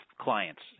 clients